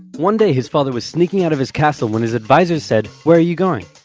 one day his father was sneaking out of his castle when his advisors said, where are you going